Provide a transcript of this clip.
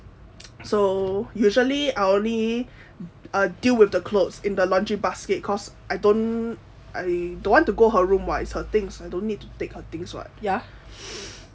so usually I only deal with the clothes in the laundry basket cause I don't I don't want to go her room [what] it's her things I don't need to take her things [what]